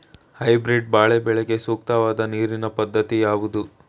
Hybrid ಬಾಳೆ ಬೆಳೆಗೆ ಸೂಕ್ತವಾದ ನೀರಿನ ಪದ್ಧತಿ ಯಾವುದು?